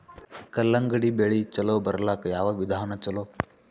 ಕಲ್ಲಂಗಡಿ ಬೆಳಿ ಚಲೋ ಬರಲಾಕ ಯಾವ ವಿಧಾನ ಚಲೋ?